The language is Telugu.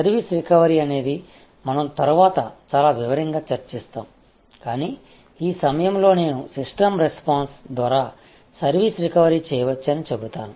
సర్వీస్ రికవరీ అనేది మనం తరువాత చాలా వివరంగా చర్చిస్తాం కానీ ఈ సమయంలో నేను సిస్టమ్ రెస్పాన్స్ ద్వారా సర్వీస్ రికవరీ చేయవచ్చని చెబుతాను